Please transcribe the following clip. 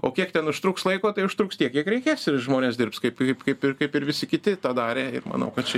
o kiek ten užtruks laiko tai užtruks tiek kiek reikės ir žmonės dirbs kaip kaip ir kaip ir visi kiti tą darė ir manau kad čia